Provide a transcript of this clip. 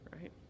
Right